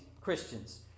Christians